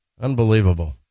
unbelievable